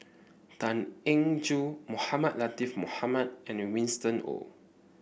Tan Eng Joo Mohamed Latiff Mohamed and Winston Oh